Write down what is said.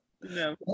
No